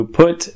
put